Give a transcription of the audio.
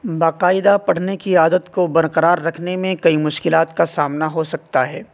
باقاعدہ پڑھنے کی عادت کو برقرار رکھنے میں کئی مشکلات کا سامنا ہو سکتا ہے